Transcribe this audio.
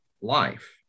life